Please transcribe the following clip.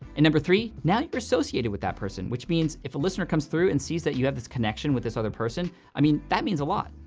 and number three, now you're associated with that person, which means if a listener comes through and sees that you have this connection with this other person, i mean, that means a lot.